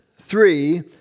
Three